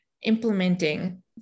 implementing